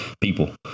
people